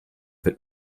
wird